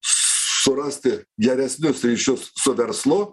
surasti geresnius ryšius su verslu